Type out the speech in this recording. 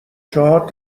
چهار